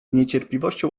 niecierpliwością